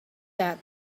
that